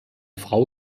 frau